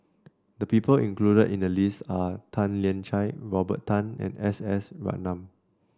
the people included in the list are Tan Lian Chye Robert Tan and S S Ratnam